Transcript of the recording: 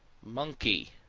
monkey,